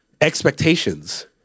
expectations